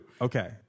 Okay